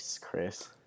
Chris